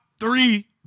three